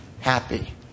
happy